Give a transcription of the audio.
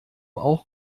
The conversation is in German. auch